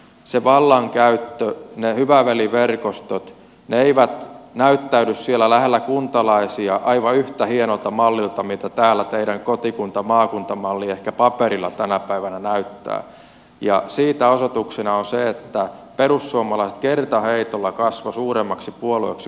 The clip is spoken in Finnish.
se vallankäyttö ne hyvä veli verkostot eivät näyttäydy siellä lähellä kuntalaisia aivan yhtä hienona mallina kuin miltä täällä teillä kotikuntamaakunta malli ehkä paperilla tänä päivänä näyttää ja siitä osoituksena on se että perussuomalaiset kertaheitolla kasvoi suuremmaksi puolueeksi kuin te